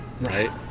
right